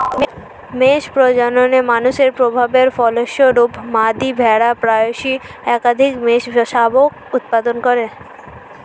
মেষ প্রজননে মানুষের প্রভাবের ফলস্বরূপ, মাদী ভেড়া প্রায়শই একাধিক মেষশাবক উৎপাদন করে